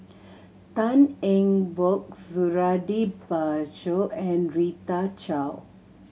Tan Eng Bock Suradi Parjo and Rita Chao